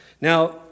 Now